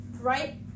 Right